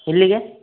ಎಲ್ಲಿಗೆ